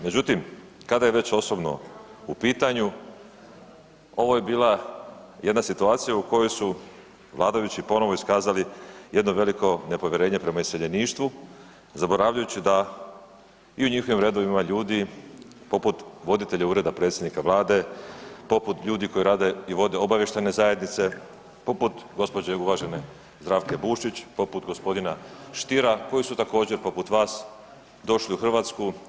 Međutim, kada je već osobno u pitanju, ovo je bila jedna situacija u kojoj su vladajući ponovo iskazali jedno veliko nepovjerenje prema iseljeništvu zaboravljajući da i u njihovim redovima ima ljudi poput voditelja Ureda predsjednika Vlade, poput ljudi koji vode i rade obavještajne zajednice, poput gospođe uvažene Zdravke Bušić, poput g. STiera koji su također poput vas došli u Hrvatsku.